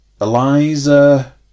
Eliza